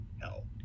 hell